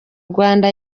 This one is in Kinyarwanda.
rwanda